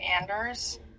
Anders